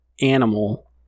animal